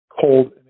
cold